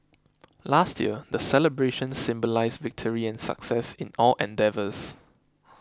last year the celebrations symbolised victory and success in all endeavours